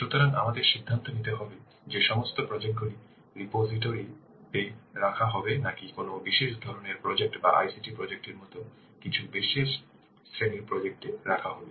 সুতরাং আমাদের সিদ্ধান্ত নিতে হবে যে সমস্ত প্রজেক্ট গুলি রিপোসিটোরি এ রাখা হবে নাকি কোনও বিশেষ ধরণের প্রজেক্ট বা ICT প্রজেক্ট এর মতো কিছু বিশেষ শ্রেণীর প্রজেক্ট এ রাখা হবে